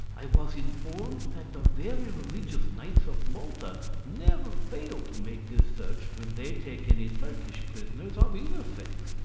i was informed that the very religious knights of malta never fail to make this search when they take any turkish prisoners of either sex.